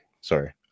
sorry